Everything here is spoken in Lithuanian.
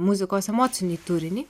muzikos emocinį turinį